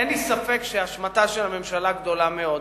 אין לי ספק שאשמתה של הממשלה גדולה מאוד,